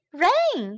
,rain